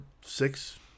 six